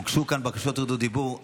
הוגשו כאן בקשות לדיבור,